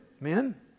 men